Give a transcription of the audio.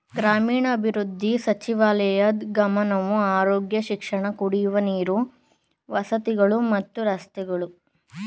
ಗ್ರಾಮೀಣಾಭಿವೃದ್ಧಿ ಸಚಿವಾಲಯದ್ ಗಮನವು ಆರೋಗ್ಯ ಶಿಕ್ಷಣ ಕುಡಿಯುವ ನೀರು ವಸತಿಗಳು ಮತ್ತು ರಸ್ತೆಗಳ ಮೇಲಿದೆ